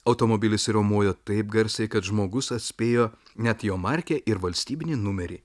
automobilis riaumojo taip garsiai kad žmogus atspėjo net jo markę ir valstybinį numerį